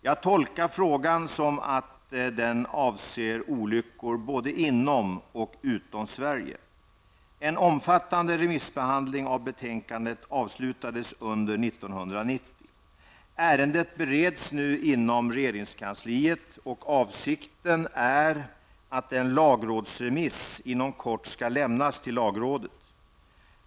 Jag tolkar frågan som att den avser olyckor både inom och utom Sverige. En omfattande remissbehandling av betänkandet avslutades under 1990. Ärendet bereds nu inom regeringskansliet och avsikten är att en lagrådsremiss inom kort skall lämnas till lagrådet.